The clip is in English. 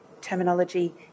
terminology